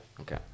okay